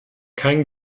kein